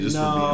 no